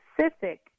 specific